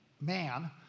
man